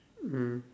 mm